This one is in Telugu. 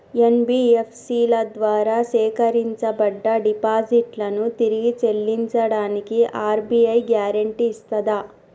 ఎన్.బి.ఎఫ్.సి ల ద్వారా సేకరించబడ్డ డిపాజిట్లను తిరిగి చెల్లించడానికి ఆర్.బి.ఐ గ్యారెంటీ ఇస్తదా?